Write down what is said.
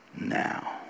now